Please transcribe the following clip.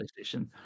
PlayStation